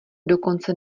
dokonce